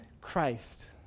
Christ